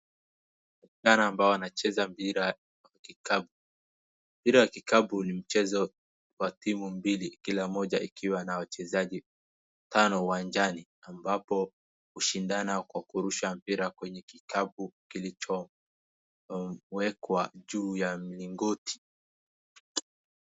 vijana ambao wanacheza mpira wa kikapu. Mpira wa kikapu ni mchezo wa timu mbili kila moja ikiwa na wachezaji watano uwanjani ambapo hushindana kurusha mpira kwenye kikapu kilicho wekwa juu ya mlingoti